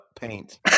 Paint